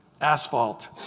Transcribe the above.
asphalt